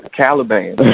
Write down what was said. caliban